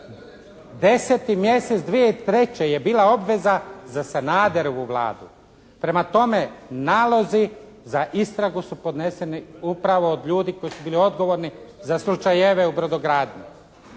10. mjesec 2003. je bila obveza za Sanaderovu Vladu. Prema tome, nalazi za istragu su podneseni upravo od ljudi koji su bili odgovorni za slučajeve u brodogradnji.